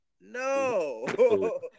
no